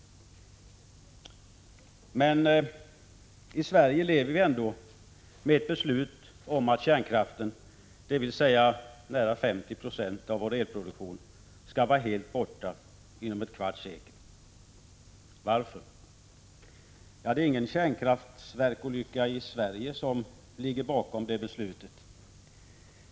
Men i Sverige lever vi ändå — Prot. 1985/86:124 med ett beslut om att kärnkraften, dvs. nära 50 20 av vår elproduktion, skall 23 april 1986 vara helt borta inom ett kvarts sekel. Varför? Det är ingen kärnkraftverksolycka i Sverige som ligger bakom det beslutet.